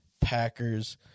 Packers